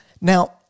now